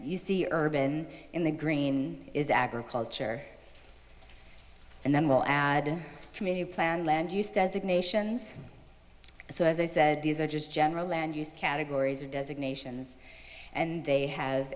you see urban in the green is agriculture and then we'll add in community plan land use designations so as i said these are just general land use categories or designations and they have